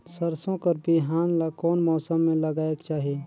सरसो कर बिहान ला कोन मौसम मे लगायेक चाही?